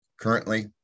currently